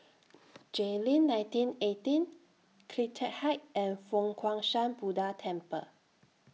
Jayleen nineteen eighteen CleanTech Height and Fo Guang Shan Buddha Temple